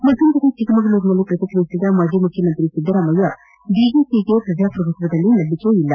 ಮತ್ತೊಂದೆಡೆ ಚಿಕ್ಕಮಗಳೂರಿನಲ್ಲಿ ಪ್ರತಿಕ್ರಿಯಿಸಿದ ಮಾಜಿ ಮುಖ್ಯಮಂತ್ರಿ ಸಿದ್ದರಾಮಯ್ಯ ಬಿಜೆಪಿಯವರಿಗೆ ಪ್ರಜಾಪ್ರಭುತ್ವದಲ್ಲಿ ನಂಬಿಕೆ ಇಲ್ಲ